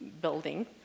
Building